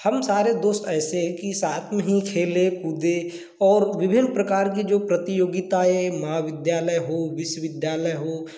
हम सारे दोस्त ऐसे के साथ में ही खेले कूदे और विभिन्न प्रकार कि जो प्रतियोगिताएँ महाविद्यालय हो विश्वविद्यालय हो